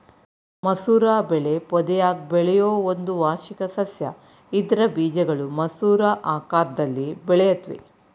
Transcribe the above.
ಮಸೂರ ಬೆಳೆ ಪೊದೆಯಾಗ್ ಬೆಳೆಯೋ ಒಂದು ವಾರ್ಷಿಕ ಸಸ್ಯ ಇದ್ರ ಬೀಜಗಳು ಮಸೂರ ಆಕಾರ್ದಲ್ಲಿ ಬೆಳೆಯುತ್ವೆ